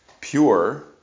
Pure